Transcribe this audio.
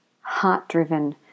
heart-driven